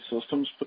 systems